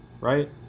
right